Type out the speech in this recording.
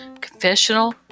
Confessional